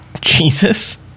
Jesus